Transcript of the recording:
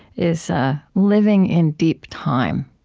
is living in deep time.